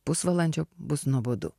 pusvalandžio bus nuobodu